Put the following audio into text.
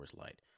Light